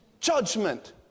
judgment